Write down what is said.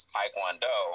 Taekwondo